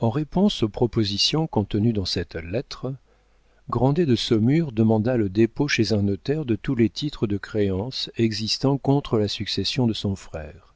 en réponse aux propositions contenues dans cette lettre grandet de saumur demanda le dépôt chez un notaire de tous les titres de créance existants contre la succession de son frère